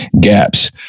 gaps